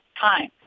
time